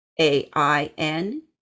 a-i-n